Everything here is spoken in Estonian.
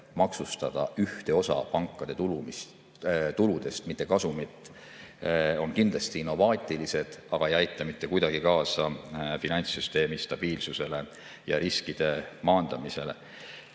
maksustada ühte osa pankade tuludest, mitte kasumit, on kindlasti innovaatilised, aga ei aita mitte kuidagi kaasa finantssüsteemi stabiilsusele ja riskide maandamisele.Me